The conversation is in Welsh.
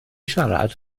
siarad